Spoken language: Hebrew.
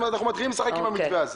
אז מתחילי לשחק עם המתווה הזה.